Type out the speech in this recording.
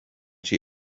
she